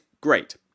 great